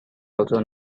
also